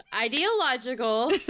ideological